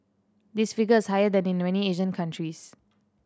this figure is higher than in many Asian countries